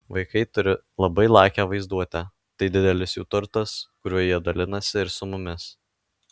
vaikai turi labai lakią vaizduotę tai didelis jų turtas kuriuo jie dalinasi ir su mumis